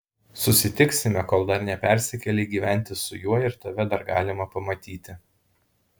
susitiksime kol dar nepersikėlei gyventi su juo ir tave dar galima pamatyti